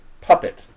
puppet